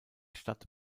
stadt